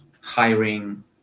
hiring